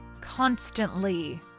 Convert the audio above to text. Constantly